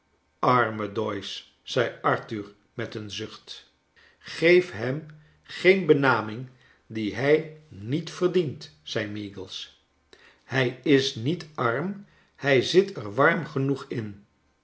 arme doyce zei arthur met een zucht geef hem geen benaming die hij niet verdient zei meagles hij is niet arm hij zit er warm genoeg in